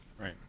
right